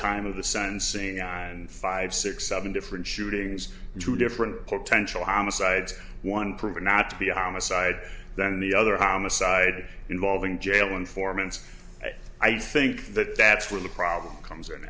time of the sentencing and five six seven different shootings two different potential homicides one proven not to be a homicide then the other homicide involving jail informants i think that that's where the problem comes in